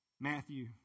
Matthew